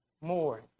more